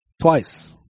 Twice